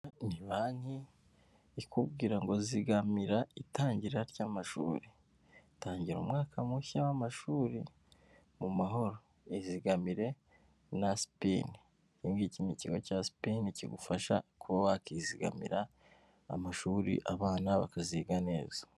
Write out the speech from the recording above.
Ni banki ikubwira ngo zigamira itangira ry'amashuri, tangira umwaka mushya w'amashuri mu mahoro, izigamire na sipini, iki ngiki ni ikigo cya sipini kigufasha kuba wakizigamira amashuri abana bakaziga neza.